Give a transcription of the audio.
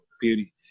beauty